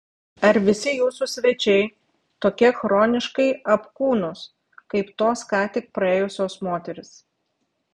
ar visi jūsų svečiai tokie chroniškai apkūnūs kaip tos ką tik praėjusios moterys